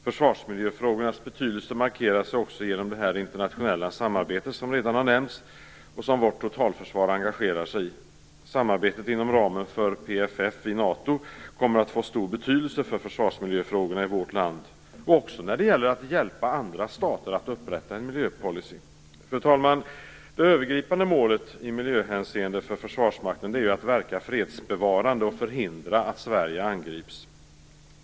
Försvarsmiljöfrågornas betydelse markeras också genom det internationella samarbete som redan har nämnts och som vårt totalförsvar engagerar sig i. Samarbetet inom ramen för PFF i NATO kommer att få stor betydelse för försvarsmiljöfrågorna i vårt land och när det gäller att hjälpa andra stater att upprätta en miljöpolicy. Fru talman! Det övergripande målet i miljöhänseende för Försvarsmakten är att verka fredsbevarande och förhindra att Sverige angrips.